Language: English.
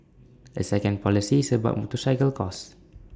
A second policy is about motorcycle costs